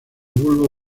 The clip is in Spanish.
bulbo